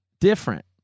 different